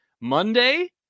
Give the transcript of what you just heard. Monday